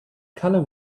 color